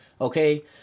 Okay